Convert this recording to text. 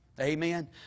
Amen